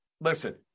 listen